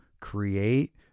create